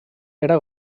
era